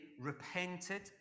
repented